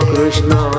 Krishna